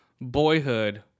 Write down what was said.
Boyhood